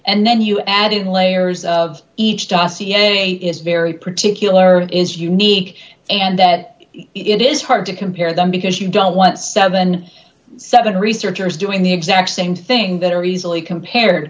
and then you add in layers of each dossier is very particular and is unique and that it is hard to compare them because you don't want seventy seven researchers doing the exact same thing that are easily compared